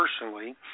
personally